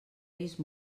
vist